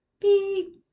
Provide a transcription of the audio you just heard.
beep